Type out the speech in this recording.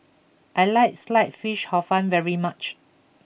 I like Sliced Fish Hor Fun very much